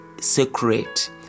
secret